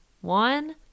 one